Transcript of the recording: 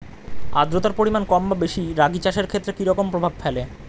আদ্রতার পরিমাণ কম বা বেশি রাগী চাষের ক্ষেত্রে কি রকম প্রভাব ফেলে?